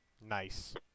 Nice